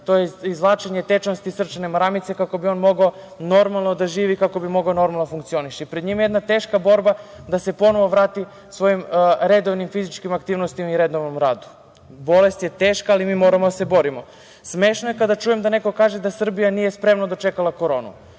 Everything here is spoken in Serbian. to jest izvlačenje tečnosti iz srčane maramice kako bi on mogao normalno da živi i kako bi mogao normalno da funkcioniše. Pred njim je jedna teška borba da se ponovo vrati svojim redovnim fizičkim aktivnostima i redovnom radu. Bolest je teška ali mi moramo da se borimo. Smešno je kada čujem da neko kaže da Srbija nije spremno dočekala koronu.